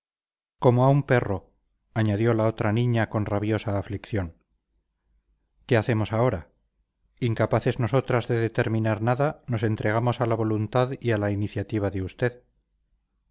como a un perro añadió la otra niña con rabiosa aflicción qué hacemos ahora incapaces nosotras de determinar nada nos entregamos a la voluntad y a la iniciativa de usted